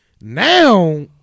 Now